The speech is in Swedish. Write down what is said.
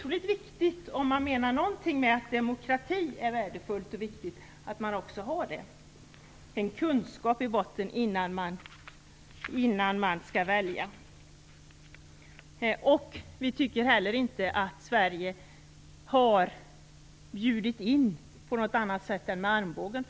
Om man menar någonting med att demokrati är värdefullt och viktigt är det otroligt viktigt att man också har en kunskap i botten innan man skall välja. Vi tycker heller inte att Sverige har bjudit in på något annat sätt än med armbågen.